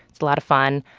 it's a lot of fun.